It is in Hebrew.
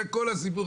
זה כל הסיפור.